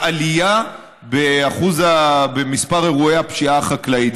עלייה במספר אירועי הפשיעה החקלאית.